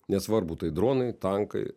nesvarbu tai dronai tankai